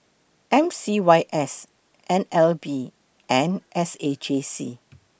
M C Y S N L B and S A J C